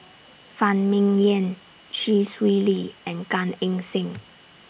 Phan Ming Yen Chee Swee Lee and Gan Eng Seng